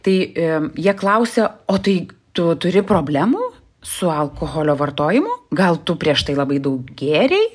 tai jie klausia o tai tu turi problemų su alkoholio vartojimu gal tu prieš tai labai daug gėrei